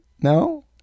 No